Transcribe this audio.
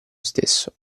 stesso